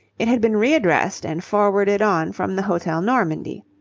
it had been readdressed and forwarded on from the hotel normandie.